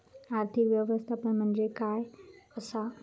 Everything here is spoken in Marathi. आर्थिक व्यवस्थापन म्हणजे काय असा?